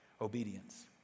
obedience